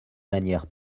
manière